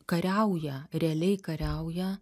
kariauja realiai kariauja